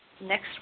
next